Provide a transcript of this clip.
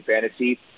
Fantasy